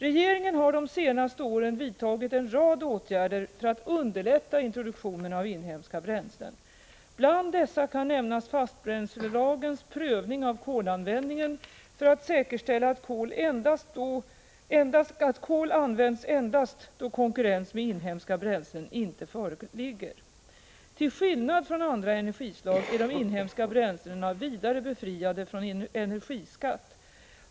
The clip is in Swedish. Regeringen har de senaste åren vidtagit en rad åtgärder för att underlätta introduktionen av inhemska bränslen. Bland dessa kan nämnas fastbränslelagens prövning av kolanvändningen för att säkerställa att kol används endast då konkurrens med inhemska bränslen inte föreligger. Till skillnad från andra energislag är de inhemska bränslena vidare befriade från energiskatt.